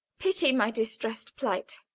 pity my distressed plight!